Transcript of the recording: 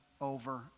Over